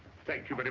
thank you, but